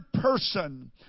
person